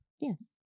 Yes